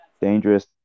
dangerous